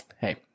Hey